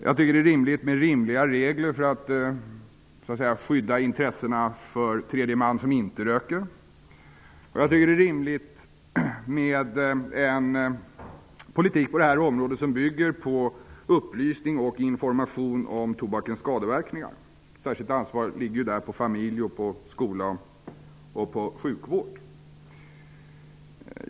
Jag tycker att det är befogat med rimliga regler för att skyddda tredje man som inte röker, och jag tycker att det är rimligt med en politik på det här området som bygger på upplysning och information om tobakens skadeverkningar. Det särskilda ansvaret ligger på familj, skola och sjukvård.